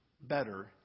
better